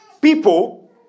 people